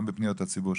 גם בפניות הציבור,